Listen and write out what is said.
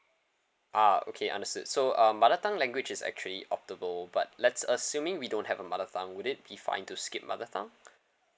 uh okay understand so um mother tongue language is actually opt able but let's assuming we don't have a mother tongue would it be fine to skip mother tongue